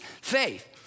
faith